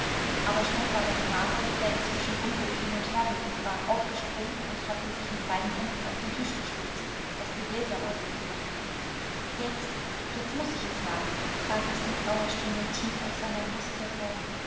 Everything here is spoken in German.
aber schon war der knabe der inzwischen unruhig hin und her gerückt war aufgesprungen und hatte sich mit beiden händen auf den tisch gestützt daß die gläser leise klirrten jetzt jetzt muß ich es sagen brach es mit rauher stimme tief aus seiner brust hervor